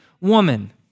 woman